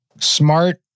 Smart